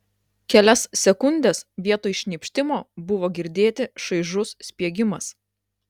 kelias sekundes vietoj šnypštimo buvo girdėti šaižus spiegimas